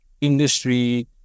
industry